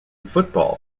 football